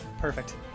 Perfect